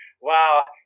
Wow